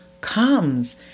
comes